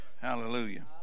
Hallelujah